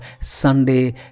Sunday